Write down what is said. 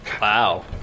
wow